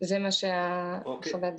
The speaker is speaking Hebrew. זו חוות הדעת.